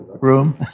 room